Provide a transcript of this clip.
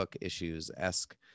issues-esque